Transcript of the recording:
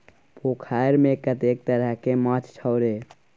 पोखैरमे कतेक तरहके माछ छौ रे?